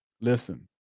listen